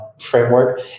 framework